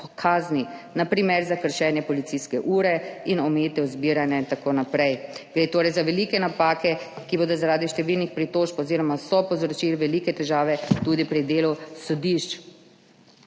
na primer za kršenje policijske ure in omejitev zbiranja in tako naprej. Gre torej za velike napake, ki so zaradi številnih pritožb povzročile velike težave tudi pri delu sodišč.